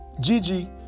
Gigi